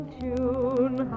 tune